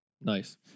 Nice